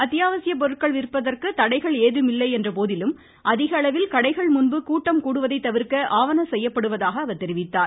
அத்தியாவசிய பொருட்கள் விற்பதற்கு தடைகள் ஏதும் இல்லை என்ற போதிலும் அதிக அளவில் கடைகள் முன்பு கூட்டம் கூடுவதை தவிர்க்க ஆவன செய்யப்படுவதாக அவர் தெரிவித்தார்